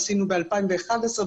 עשינו ב-2011,